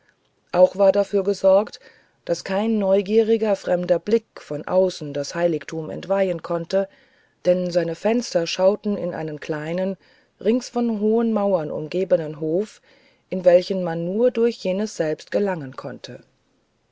auch war dafür gesorgt daß kein neugieriger fremder blick von außen das heiligtum entweihen konnte denn seine fenster schauten in einen kleinen rings von hohen mauern umgebenen hof in welchen man nur durch jenes selbst gelangen konnte